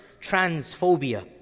transphobia